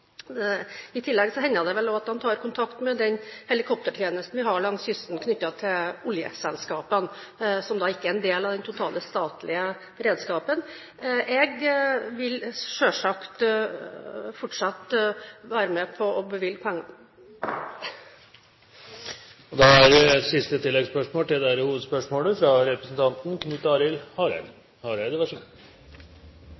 I tillegg hender det vel også at de tar kontakt med den helikoptertjenesten vi har langs kysten knyttet til oljeselskapene, men som ikke er en del av den totale statlige beredskapen. Jeg vil selvsagt fortsette å være med på å bevilge penger. Knut Arild Hareide – til oppfølgingsspørsmål. Redningsselskapet gjer ein uvurderleg innsats. Når me veit kor viktig det